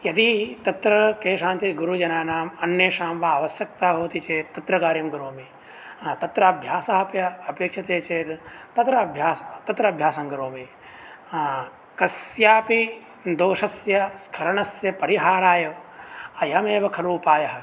यदि तत्र केषाञ्चित् गुरुजनानाम् अन्येषां वा आवश्यकता भवति चेत् तत्र कार्यं करोमि तत्र अभ्यासः अपि अ अपेक्ष्यते चेद् तत्र अभ्या तत्र अभ्यासं करोमि कस्यापि दोषस्य स्खलनस्य परिहाराय अयमेव खलु उपायः